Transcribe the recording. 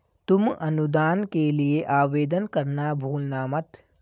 तुम अनुदान के लिए आवेदन करना भूलना मत